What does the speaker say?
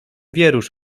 wierusz